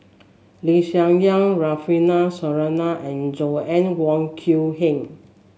Lee Hsien Yang Rufino Soliano and Joanna Wong Quee Heng